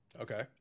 Okay